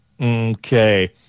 Okay